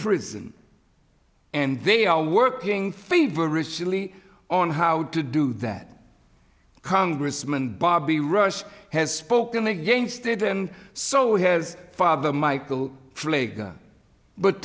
prison and they are working favre recently on how to do that congressman bobby rush has spoken against it and so has father michael